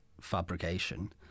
fabrication